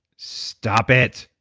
stop it,